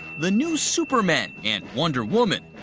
the new supermen and wonder woman,